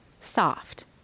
soft